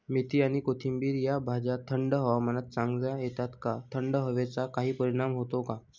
मेथी आणि कोथिंबिर या भाज्या थंड हवामानात चांगल्या येतात का? थंड हवेचा काही परिणाम होतो का?